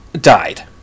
died